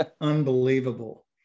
unbelievable